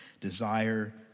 desire